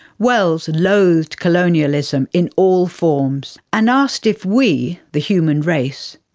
wells and loathed colonialism in all forms, and asked if we, the human race,